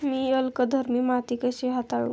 मी अल्कधर्मी माती कशी हाताळू?